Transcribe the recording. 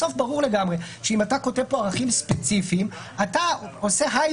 בסוף ברור לגמרי שאם אתה כותב פה ערכים ספציפיים אתה עושה להם